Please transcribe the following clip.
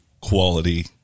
quality